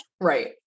Right